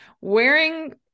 wearing